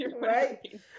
Right